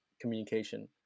communication